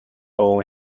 own